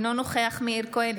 אינו נוכח מאיר כהן,